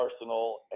Arsenal